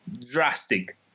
drastic